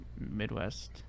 Midwest